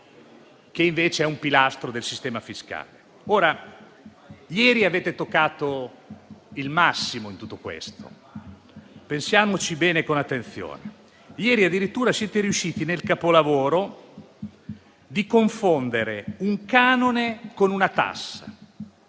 che è un pilastro del sistema fiscale. Ieri avete toccato il massimo in tutto questo. Pensiamoci bene e con attenzione. Ieri siete addirittura riusciti nel capolavoro di confondere un canone con una tassa.